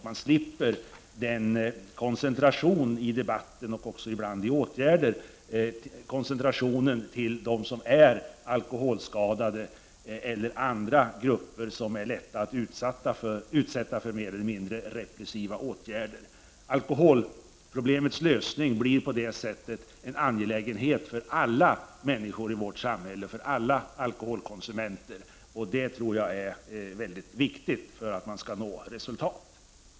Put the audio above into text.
Man slipper koncentrationen, både i debatten och bland åtgärderna, till dem som är alkoholskadade eller till andra grupper som är lätta att utsätta för mer eller mindre repressiva åtgärder. Alkoholproblemets lösning blir på det sättet en angelägenhet för alla människor i vårt samhälle, för alla alkoholkonsumenter. Det tror jag är mycket viktigt för att man skall nå resultat.